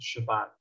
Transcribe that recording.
Shabbat